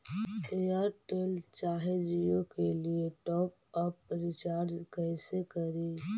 Airtel चाहे जियो के लिए टॉप अप रिचार्ज़ कैसे करी?